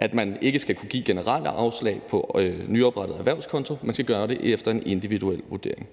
Det vil sige, at man ikke skal kunne give generelle afslag på en nyoprettet erhvervskonto. Man skal gøre det efter en individuel vurdering.